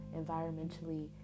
environmentally